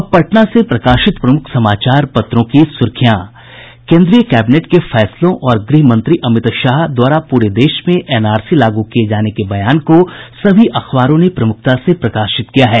अब पटना से प्रकाशित प्रमुख समाचार पत्रों की सुर्खियां केन्द्रीय कैबिनेट के फैसलों और गृह मंत्री अमित शाह द्वारा पूरे देश में एनआरसी लागू किये जाने के बयान को सभी अखबारों ने प्रमुखता से प्रकाशित किया है